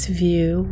view